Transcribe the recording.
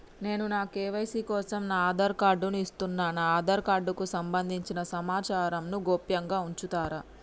నేను నా కే.వై.సీ కోసం నా ఆధార్ కార్డు ను ఇస్తున్నా నా ఆధార్ కార్డుకు సంబంధించిన సమాచారంను గోప్యంగా ఉంచుతరా?